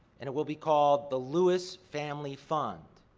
and it will be called the lewis family fund